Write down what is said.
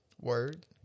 Word